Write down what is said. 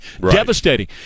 Devastating